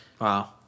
Wow